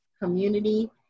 community